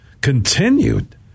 continued